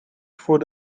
voor